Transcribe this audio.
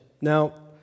Now